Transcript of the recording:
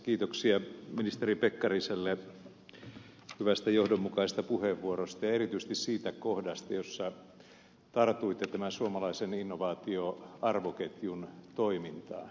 kiitoksia ministeri pekkariselle hyvästä ja johdonmukaisesta puheenvuorosta ja erityisesti siitä kohdasta jossa tartuitte tämän suomalaisen innovaatioarvoketjun toimintaan